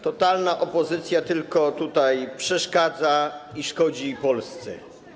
Totalna opozycja tylko tutaj przeszkadza i szkodzi Polsce.